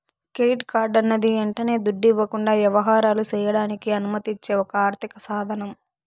credit కార్డన్నది యంటనే దుడ్డివ్వకుండా యవహారాలు సెయ్యడానికి అనుమతిచ్చే ఒక ఆర్థిక సాదనం